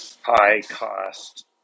high-cost